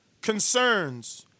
concerns